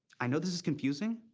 i know this is confusing,